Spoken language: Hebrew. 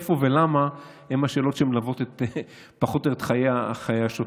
איפה ולמה הן השאלות שמלוות פחות או יותר את חיי השוטר.